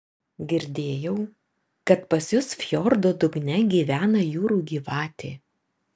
girdėjau kad pas jus fjordo dugne gyvena jūrų gyvatė